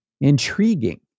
Intriguing